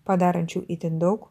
padarančių itin daug